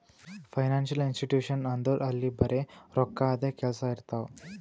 financial institution ಅಂದುರ್ ಅಲ್ಲಿ ಬರೆ ರೋಕ್ಕಾದೆ ಕೆಲ್ಸಾ ಇರ್ತಾವ